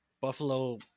Buffalo